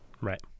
right